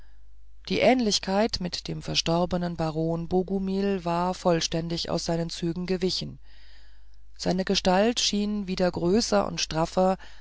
die ähnlichkeit mit dem verstorbenen baron bogumil war vollständig aus seinen zügen gewichen seine gestalt schien wieder größer und straffer